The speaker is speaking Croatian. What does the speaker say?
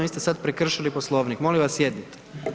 Vi ste sada prekršili Poslovnik, molim vas sjednice.